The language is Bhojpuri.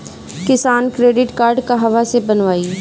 किसान क्रडिट कार्ड कहवा से बनवाई?